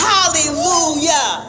Hallelujah